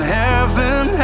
heaven